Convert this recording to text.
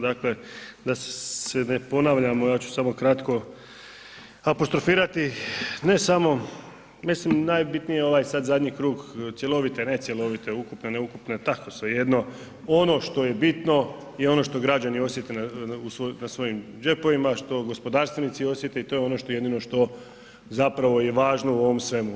Dakle da se ne ponavljamo, ja ću samo kratko apostrofirati ne samo, mislim najbitniji je ovaj sad zadnji krug cjelovite, ne cjelovite, ukupne, neukupne, tako svejedno, ono što je bitno i ono što građani osjete na svojim džepovima, što gospodarstveni osjete i to je ono što, jedino što zapravo je važno u ovome svemu.